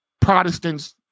Protestants